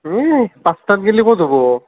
হেই পাঁচটাত গেলি ক'ত হ'ব